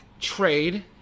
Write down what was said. trade